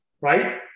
Right